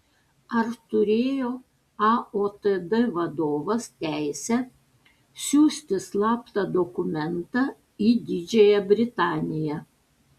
ar turėjo aotd vadovas teisę siųsti slaptą dokumentą į didžiąją britaniją